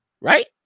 right